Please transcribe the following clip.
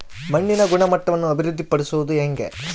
ಮಣ್ಣಿನ ಗುಣಮಟ್ಟವನ್ನು ಅಭಿವೃದ್ಧಿ ಪಡಿಸದು ಹೆಂಗೆ?